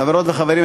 חברות וחברים,